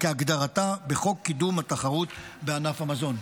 כהגדרתה בחוק קידום התחרות בענף המזון.